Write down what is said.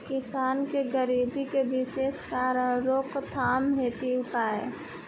किसान के गरीबी के विशेष कारण रोकथाम हेतु उपाय?